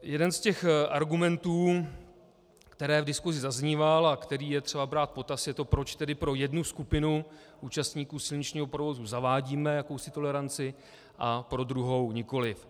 Jeden z těch argumentů, který v diskusi zazníval a který je třeba brát v potaz, je to, proč tedy pro jednu skupinu účastníků silničního provozu zavádíme jakousi toleranci a pro druhou nikoliv.